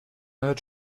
hört